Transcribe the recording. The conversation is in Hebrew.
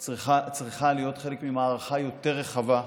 זה צריך להיות חלק ממערכה יותר רחבה,